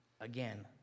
again